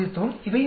இவை முடிவுகள்